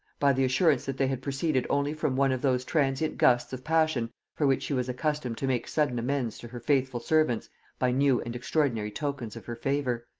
by the assurance that they had proceeded only from one of those transient gusts of passion for which she was accustomed to make sudden amends to her faithful servants by new and extraordinary tokens of her favor.